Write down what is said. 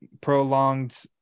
prolonged